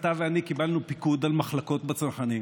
אתה ואני קיבלנו פיקוד על מחלקות בצנחנים.